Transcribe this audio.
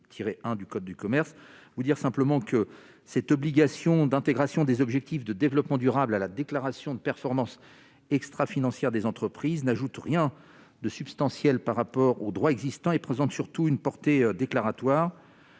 tirer un du Code du commerce vous dire simplement que cette obligation d'intégration des objectifs de développement durable à la déclaration de performance extra-financière des entreprises n'ajoute rien de substantiel par rapport au droit existant et présente surtout une portée déclaratoire